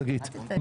שגית?